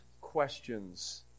questions